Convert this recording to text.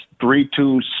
three-two